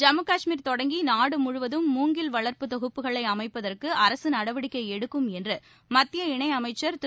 ஜம்மு காஷ்மீர் தொடங்கி நாடு முழுவதும் மூங்கில் வளர்ப்பு தொகுப்புகளை அமைப்பதற்கு அரசு நடவடிக்கை எடுத்கும் என்று மத்திய இணையமைச்சர் திரு